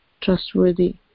trustworthy